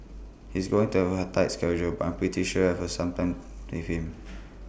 he's going to have A tight schedule but I'm pretty sure I'll have some time with him